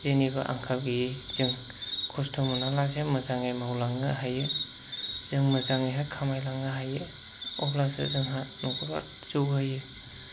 जेनिबो आंखाल गैयि जों खस्थ' मोनालासे मोजां मावलांनो हायो जों मोजाङैहाय खामायलांनो हायो अब्लासो जोंहा न'खरा जौगायो